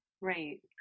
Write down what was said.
right